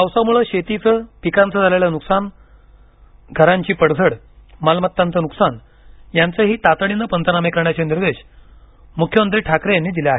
पावसामुळे शेतीचं पिकांचे झालेलं नुकसान घरांची पडझड मालमत्तांचं नुकसान यांचेही तातडीनं पंचनामे करण्याचे निर्देश मुख्यमंत्री ठाकरे यांनी दिले आहेत